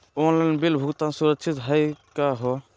Online bill भुगतान सुरक्षित हई का हो?